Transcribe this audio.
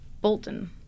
Bolton